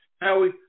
Howie